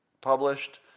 published